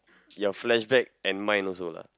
your flashback and mine also lah